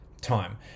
time